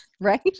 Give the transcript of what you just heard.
right